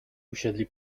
usiedli